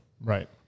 Right